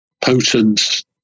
potent